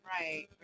right